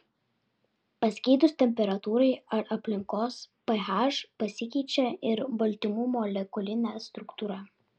pasikeitus temperatūrai ar aplinkos ph pasikeičia ir baltymų molekulinė struktūra